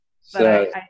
so-